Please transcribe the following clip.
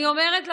אני אומרת לכם: